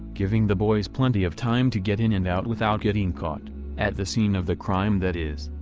giving the boys plenty of time to get in and out without getting caught at the scene of the crime that is.